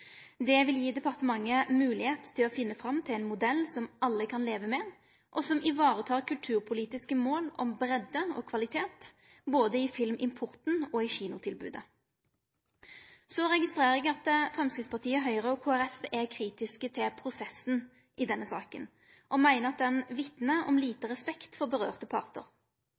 Det vil gje departementet moglegheit til å finne fram til ein modell som alle kan leve med, og som varetek kulturpolitiske mål om breidd og kvalitet, både i filmimporten og i kinotilbodet. Eg registrerer at Framstegspartiet, Høgre og Kristeleg Folkeparti er kritiske til prosessen i denne saka og meiner han vitnar om lite respekt for involverte partar.